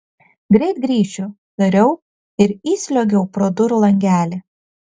greit grįšiu tariau ir įsliuogiau pro durų langelį